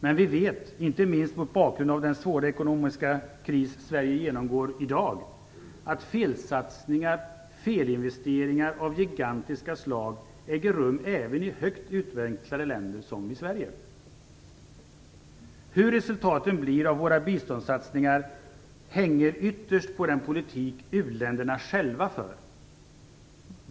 Men vi vet - inte minst mot bakgrund av den svåra ekonomiska kris Sverige genomgår i dag - att felsatsningar och felinvesteringar av gigantiska slag äger rum även i högt utvecklade länder som Sverige. Hur resultaten blir av våra biståndssatsningar hänger ytterst på den politik u-länderna själva för.